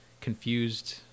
confused